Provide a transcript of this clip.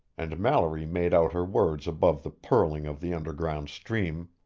and mallory made out her words above the purling of the underground stream.